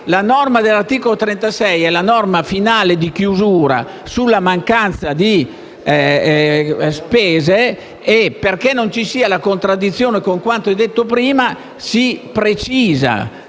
L'articolo 36 è la norma finale di chiusura sulla mancanza di spese; perché non vi sia contraddizione con quanto detto prima, si precisa